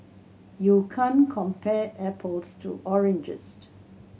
you can't compare apples to oranges